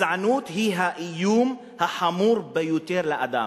הגזענות היא האיום החמור ביותר על האדם,